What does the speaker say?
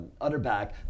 utterback